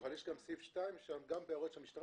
אבל יש גם את סעיף 2 עם הערות של המשטרה